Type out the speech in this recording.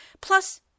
plus